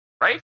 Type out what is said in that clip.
Right